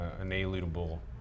inalienable